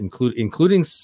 including